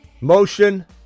Motion